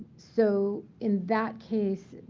so in that case,